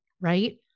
right